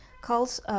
calls